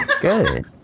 Good